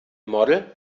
model